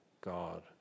God